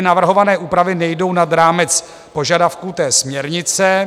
Navrhované úpravy nejdou nad rámec požadavků té směrnice.